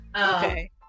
Okay